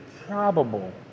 probable